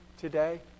today